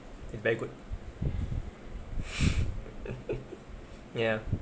is very good ya